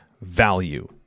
value